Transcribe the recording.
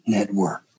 Network